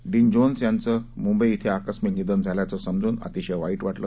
dean Jones यांचे मुंबई येथे आकस्मिक निधन झाल्याचे समजून अतिशय वाईट वाटले